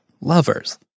lovers